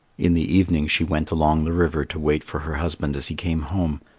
in the evening she went along the river to wait for her husband as he came home.